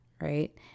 right